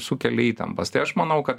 sukelia įtampas tai aš manau ka